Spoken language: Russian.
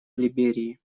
либерии